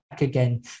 again